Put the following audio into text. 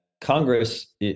Congress